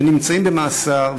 ונמצאים במאסר,